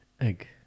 Egg